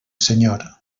senyor